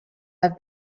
have